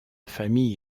famille